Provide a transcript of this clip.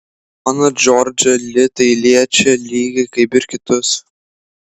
poną džordžą li tai liečia lygiai kaip ir kitus